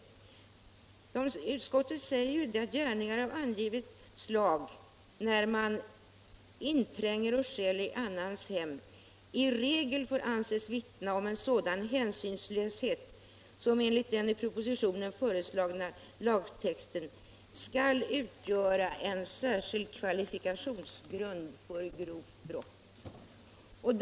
Utskottet säger att gärningar av angivet slag — alltså när man intränger och stjäl i annans hem — ”i regel får anses vittna om en sådan hänsynslöshet som enligt den i propositionen föreslagna lagtexten skall utgöra en särskild kvalifikationsgrund för grovt brott”.